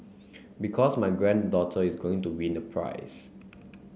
because my granddaughter is going to win a prize